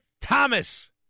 Thomas